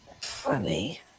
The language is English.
Funny